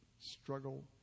struggle